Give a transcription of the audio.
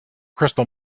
crystal